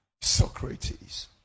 Socrates